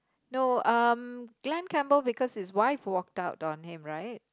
no um Glen-Campbell because his wife walked out on him right